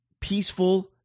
peaceful